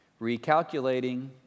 recalculating